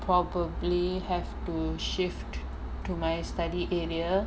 probably have to shift to my study area